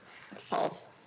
False